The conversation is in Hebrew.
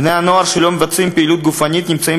בני-הנוער שלא מבצעים פעילות גופנית נמצאים